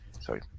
Sorry